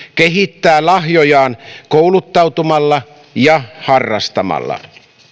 kehittää lahjojaan kouluttautumalla ja harrastamalla